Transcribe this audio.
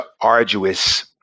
arduous